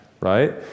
right